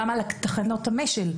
גם על תחנות המשל.